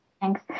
Thanks